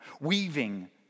Weaving